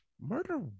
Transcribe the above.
murder